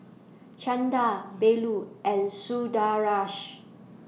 Chanda Bellur and Sundaresh